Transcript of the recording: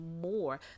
more